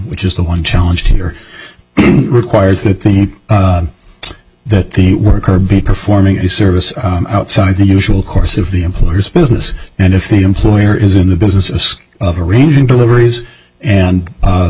which is the one challenge here requires that the that the worker be performing a service outside the usual course of the employer's business and if the employer is in the business of of arranging deliveries and